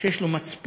שיש לו מצפון